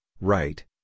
right